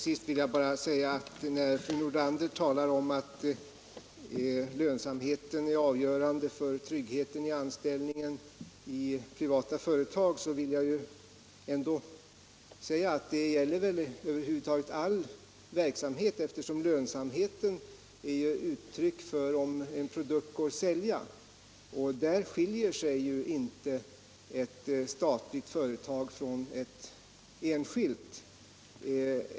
Herr talman! När fru Nordlander talar om att lönsamheten är avgörande för tryggheten för de anställda i privata företag, vill jag ändå till sist säga att det gäller all verksamhet, eftersom lönsamheten är ett uttryck för om en produkt går att sälja. Därvidlag skiljer sig inte ett statligt företag från ett enskilt.